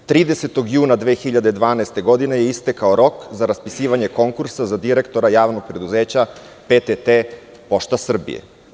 Dana 30. juna 2012. godine je istekao rok za raspisivanje konkursa za direktora Javnog preduzeća PTT Pošta Srbije.